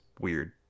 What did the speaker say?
weird